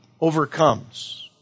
Overcomes